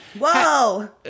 Whoa